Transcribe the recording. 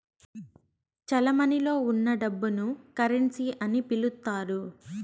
చెలమణిలో ఉన్న డబ్బును కరెన్సీ అని పిలుత్తారు